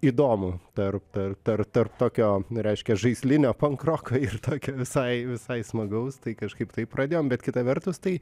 įdomu tar tar tar tarp tokio reiškia žaislinio pankroko ir tokio visai visai smagaus tai kažkaip taip pradėjom bet kita vertus tai